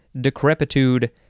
decrepitude